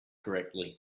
correctly